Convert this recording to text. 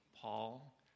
paul